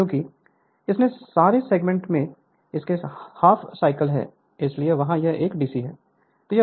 क्योंकि इतने सारे सेगमेंट हैं इतने सारे हाफ साइकिल हैं इसलिए वहां पर यह डीसी है